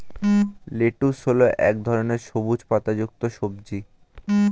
lettuce হল এক ধরনের সবুজ পাতাযুক্ত সবজি